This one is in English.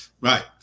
Right